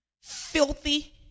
filthy